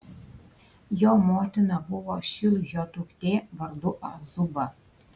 jo motina buvo šilhio duktė vardu azuba